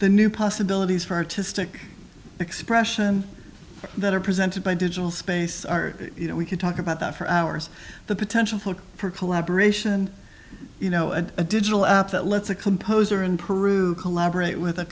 the new possibilities for artistic expression that are presented by digital space we could talk about that for hours the potential for collaboration you know a digital app that lets a composer in peru collaborate with a